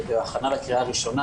בהכנה לקריאה הראשונה,